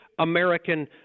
American